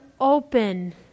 open